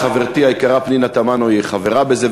שחברתי היקרה פנינה תמנו היא חברה בזה,